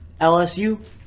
LSU